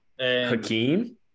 Hakeem